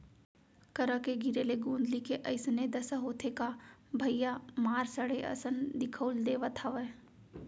करा के गिरे ले गोंदली के अइसने दसा होथे का भइया मार सड़े असन दिखउल देवत हवय